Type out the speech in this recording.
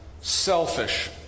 selfish